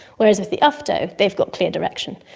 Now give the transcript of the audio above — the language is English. whereas with the ufto they've got clear direction.